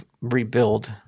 rebuild